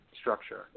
structure